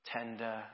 tender